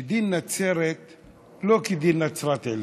שדין נצרת לא כדין נצרת עילית,